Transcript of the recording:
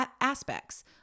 aspects